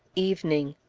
evening.